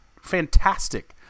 fantastic